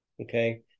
Okay